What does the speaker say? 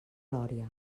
lòria